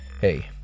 hey